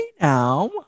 now